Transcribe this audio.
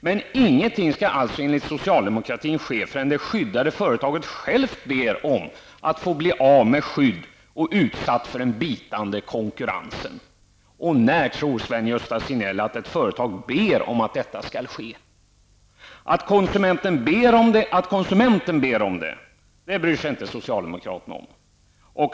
Men ingenting skall alltså, enligt socialdemokratin, ske förrän det skyddade företaget ber om att få bli av med sitt skydd och utsatt för den bitande konkurrensen. När tror Sven-Gösta Signell att ett företag ber om att detta skall ske? Att konsumenten ber om det bryr sig inte socialdemokraterna om.